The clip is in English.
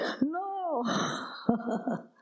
No